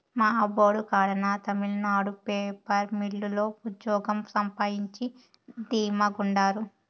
మా అబ్బోడు కడాన తమిళనాడు పేపర్ మిల్లు లో ఉజ్జోగం సంపాయించి ధీమా గుండారు